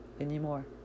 anymore